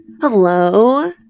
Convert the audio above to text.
Hello